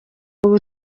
ubu